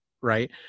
Right